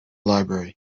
library